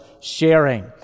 sharing